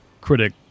critic